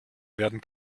werden